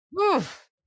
Oof